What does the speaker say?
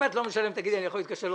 אם לא בסוף פברואר,